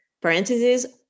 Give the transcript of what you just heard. parentheses